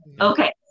Okay